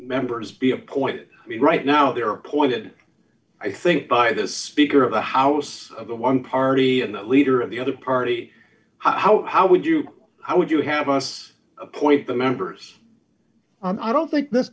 members be appointed me right now they're appointed i think by the speaker of the house of the one party and the leader of the other party how would you how would you have us appoint the members i don't think this